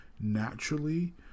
Naturally